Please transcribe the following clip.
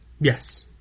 yes